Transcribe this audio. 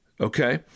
Okay